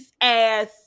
ass